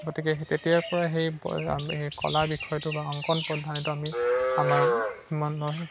গতিকে সেই তেতিয়াৰপৰা সেই আমি সেই কলা বিষয়টোক অংকন আমি আমাৰ